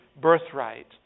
birthright